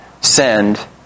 send